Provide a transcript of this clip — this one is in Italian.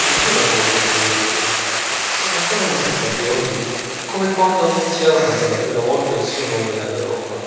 i suoi lavori giovanili sono ancora ricercati oggi come quando annunziarono per la prima volta il suo nome all'europa